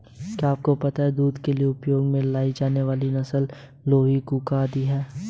क्या आपको पता है दूध के लिए उपयोग में लाई जाने वाली नस्ल लोही, कूका आदि है?